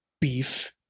Beef